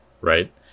right